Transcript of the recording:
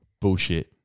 Bullshit